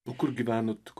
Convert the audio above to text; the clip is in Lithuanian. o kur gyvenote